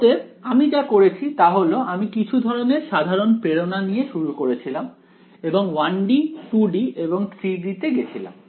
অতএব আমি যা করেছি তা হল আমি কিছু ধরনের সাধারণ প্রেরণা নিয়ে শুরু করেছিলাম এবং 1 D 2 D এবং 3 D তে গেছিলাম